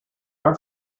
our